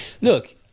Look